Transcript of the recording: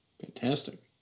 Fantastic